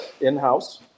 in-house